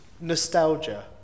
nostalgia